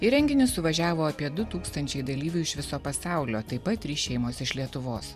į renginį suvažiavo apie du tūkstančiai dalyvių iš viso pasaulio taip pat trys šeimos iš lietuvos